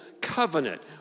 Covenant